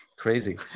crazy